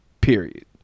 period